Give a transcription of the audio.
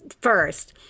first